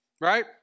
Right